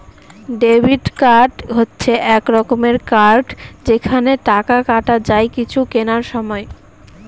debit card হচ্ছে এক রকমের কার্ড যেখানে টাকা কাটা যায় কিছু কেনার সময়